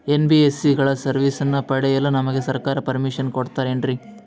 NBSC ಗಳ ಸರ್ವಿಸನ್ನ ಪಡಿಯಲು ನಮಗೆ ಸರ್ಕಾರ ಪರ್ಮಿಷನ್ ಕೊಡ್ತಾತೇನ್ರೀ?